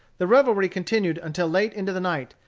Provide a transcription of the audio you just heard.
the revelry continued until late into the night,